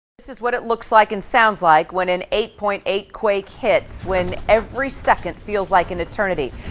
this is what it looks like and sounds like when an eight point eight quake hits, when every second feels like an eternity.